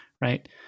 Right